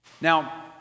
now